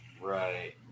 Right